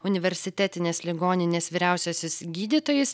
universitetinės ligoninės vyriausiasis gydytojas